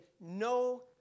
no